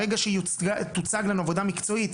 ברגע שתוצג לנו עבודה מקצועית,